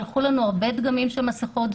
שלחו לנו הרבה דגמים של מסכות.